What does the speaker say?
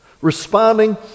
responding